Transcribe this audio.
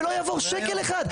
ולא יעבור שקל אחד.